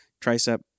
tricep